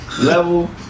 Level